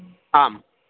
आम्